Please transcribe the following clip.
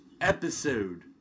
episode